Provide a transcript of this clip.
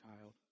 child